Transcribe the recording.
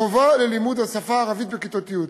חובה ללימוד השפה הערבית בכיתות י'.